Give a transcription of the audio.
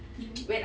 mmhmm